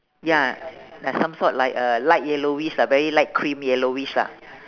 ya ya some sort like a light yellowish lah very light cream yellowish lah